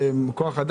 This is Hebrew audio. בינתיים קיבלתי תשובה.